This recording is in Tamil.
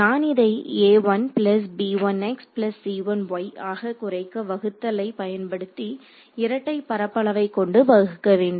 நான் இதை ஆக குறைக்க வகுத்தலை பயன்படுத்தி இரட்டை பரப்பளவைக் கொண்டு வகுக்க வேண்டும்